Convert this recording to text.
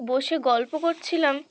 বসে গল্প করছিলাম